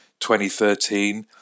2013